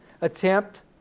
attempt